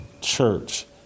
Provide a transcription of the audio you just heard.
church